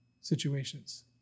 situations